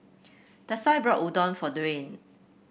Dasia bought Udon for Dwayne